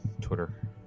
Twitter